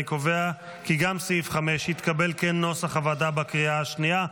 אני קובע כי גם סיעף 5 התקבל כנוסח הוועדה בקריאה השנייה.